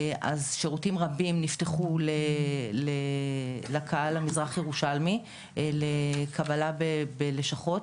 אז שירותים רבים נפתחו לקהל המזרח ירושלמי לקבלה בלשכות.